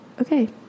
okay